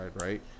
right